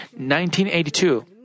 1982